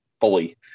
fully